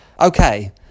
Okay